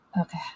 Okay